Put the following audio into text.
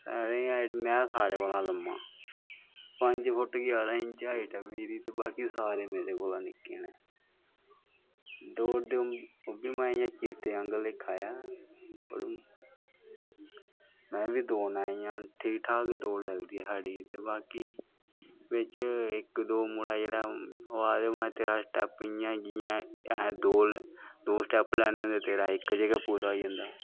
सारें दी हाईट में सारें कोला दा लम्मा पंज फुट ग्यारां इंच हाई ऐ मेरी ते बाकी सारे मेरे कोला दा निक्के नै दौड़दे ओह् बी चीते आह्ला लेक्खा ऐं में बी दौड़ना इयां ठीक ठाक दौड़ लगदी ऐ साढ़ी इक दो मुड़ा बिच्च इयां जियां अस दो स्टैप्प लान्ने ते तेरा इक च गै पूरा होई जंदा